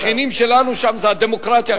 שהשכנים שלנו, שם זו הדמוקרטיה הכי גדולה.